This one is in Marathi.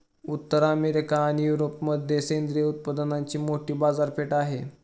उत्तर अमेरिका आणि युरोपमध्ये सेंद्रिय उत्पादनांची मोठी बाजारपेठ आहे